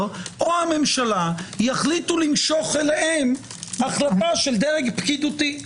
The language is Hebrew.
או הממשלה יחליטו למשוך אליהם החלטה של דרג פקידותי.